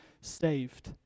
saved